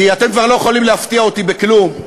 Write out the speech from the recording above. כי אתם כבר לא יכולים להפתיע אותי בכלום,